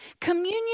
Communion